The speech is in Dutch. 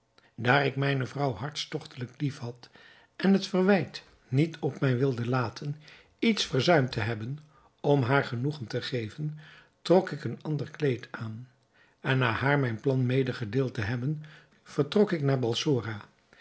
daar ik mijne vrouw hartstogtelijk lief had en ik het verwijt niet op mij wilde laden iets verzuimd te hebben om haar genoegen te geven trok ik een ander kleed aan en na haar mijn plan medegedeeld te hebben vertrok ik naar balsora